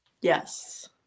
Yes